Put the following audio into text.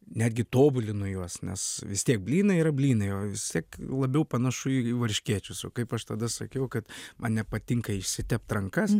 netgi tobulinu juos nes vis tiek blynai yra blynai o vis tiek labiau panašu į varškėčius o kaip aš tada sakiau kad man nepatinka išsitept rankas